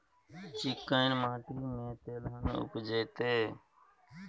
चिक्कैन माटी में तेलहन उपजतै?